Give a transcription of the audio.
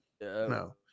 no